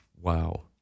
wow